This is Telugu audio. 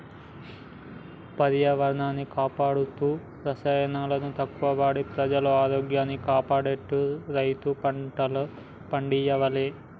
పర్యావరణాన్ని కాపాడుతూ రసాయనాలను తక్కువ వాడి ప్రజల ఆరోగ్యాన్ని కాపాడేట్టు రైతు పంటలను పండియ్యాలే